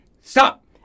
Stop